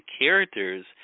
characters